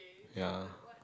ya